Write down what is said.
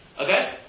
Okay